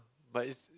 but it